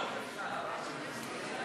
פקודת התעבורה (תשלום דמי חניה לפי שעה),